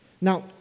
Now